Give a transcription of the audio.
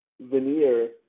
veneer